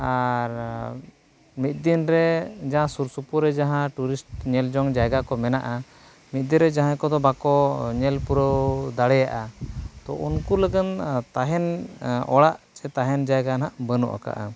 ᱟᱨ ᱢᱤᱫ ᱫᱤᱱᱨᱮ ᱡᱟᱦᱟᱸ ᱥᱩᱨᱥᱩᱯᱩᱨ ᱨᱮ ᱡᱟᱦᱟᱸ ᱴᱩᱨᱤᱥᱴ ᱧᱮᱞᱡᱚᱝ ᱡᱟᱭᱜᱟ ᱠᱚ ᱢᱮᱱᱟᱜᱼᱟ ᱢᱤᱫ ᱫᱤᱱᱨᱮ ᱡᱟᱦᱟᱸᱭ ᱠᱚᱫᱚ ᱵᱟᱠᱚ ᱧᱮᱞ ᱯᱩᱨᱟᱹᱣ ᱫᱟᱲᱮᱭᱟᱜᱼᱟ ᱛᱚ ᱩᱱᱠᱩ ᱞᱟᱹᱜᱤᱫ ᱛᱟᱦᱮᱱ ᱚᱲᱟᱜ ᱥᱮ ᱛᱟᱦᱮᱱ ᱡᱟᱭᱜᱟ ᱱᱟᱦᱟᱜ ᱵᱟᱹᱱᱩᱜ ᱟᱠᱟᱫᱟ